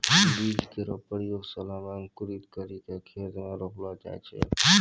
बीज केरो प्रयोगशाला म अंकुरित करि क खेत म रोपलो जाय छै